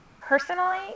personally